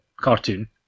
cartoon